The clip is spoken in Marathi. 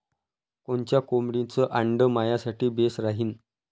कोनच्या कोंबडीचं आंडे मायासाठी बेस राहीन?